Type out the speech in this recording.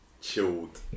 chilled